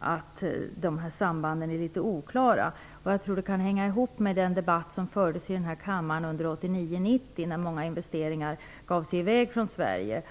att dessa samband är litet oklara. Det kan troligtvis hänga ihop med den debatt som fördes i denna kammare åren 1989 och 1990, då många investeringar inte längre gjordes i Sverige.